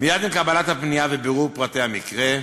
מייד עם קבלת הפנייה ובירור פרטי המקרה,